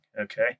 okay